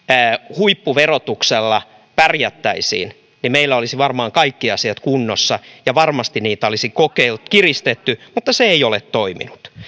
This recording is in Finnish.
huippuverotuksella pärjättäisiin niin meillä olisi varmaan kaikki asiat kunnossa ja varmasti niitä olisi kiristetty mutta se ei ole toiminut